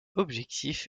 objectif